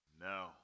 No